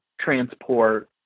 transport